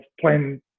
playing